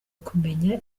kumenya